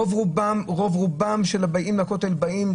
רוב רובם של הבאים לכותל באים,